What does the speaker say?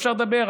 אפשר לדבר,